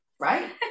Right